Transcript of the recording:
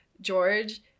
George